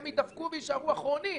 הם יתקעו ויישארו אחרונים.